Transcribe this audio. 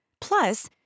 Plus